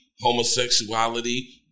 homosexuality